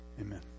Amen